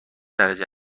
درجه